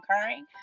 occurring